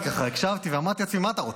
אני ככה הקשבתי ואמרתי לעצמי: מה אתה רוצה?